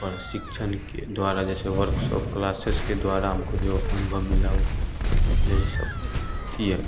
प्रशिक्षण के द्वारा जैसे वर्कशॉप क्लासेस के द्वारा हमको जो है अनुभव मिला वो यही सब किए